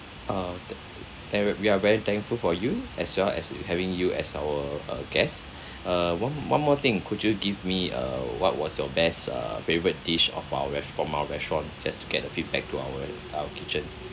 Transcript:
uh th~ th~ then we're very thankful for you as well as having you as our uh guests uh one one more thing could you give me uh what was your best uh favourite dish of our re~ from our restaurant just to get a feedback to our our kitchen